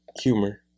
humor